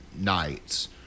nights